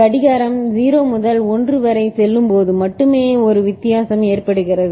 கடிகாரம் 0 முதல் 1 வரை செல்லும் போது மட்டுமே ஒரு வித்தியாசம் ஏற்படுகிறது